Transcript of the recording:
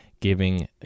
giving